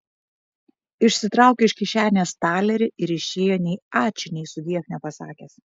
išsitraukė iš kišenės talerį ir išėjo nei ačiū nei sudiev nepasakęs